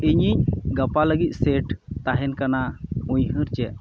ᱤᱧᱤᱡ ᱜᱟᱯᱟ ᱞᱟᱹᱜᱤᱫ ᱥᱮᱴ ᱛᱟᱦᱮᱱᱠᱟᱱᱟ ᱩᱭᱦᱟᱹᱨ ᱪᱮᱫ